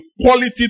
quality